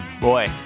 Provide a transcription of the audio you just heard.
Boy